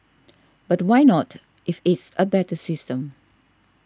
but why not if it's a better system